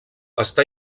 està